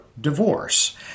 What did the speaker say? divorce